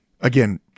again